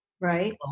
Right